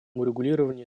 урегулировании